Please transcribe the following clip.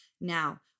now